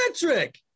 Patrick